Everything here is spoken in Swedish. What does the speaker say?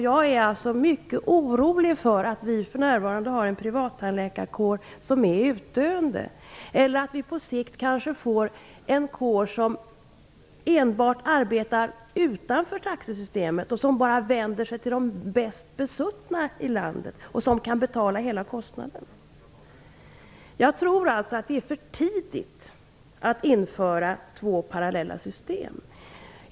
Jag är mycket orolig för att den privattandläkarkår som vi för närvarande har är i utdöende eller för att vi på sikt kanske får en kår som enbart arbetar utanför taxesystemet och som vänder sig bara till landets mest besuttna, som kan betala hela kostnaden. Jag tror alltså att det är för tidigt att införa två parallella system.